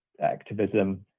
activism